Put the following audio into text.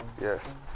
yes